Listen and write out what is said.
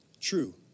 true